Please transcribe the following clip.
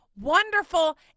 wonderful